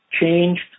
changed